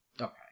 Okay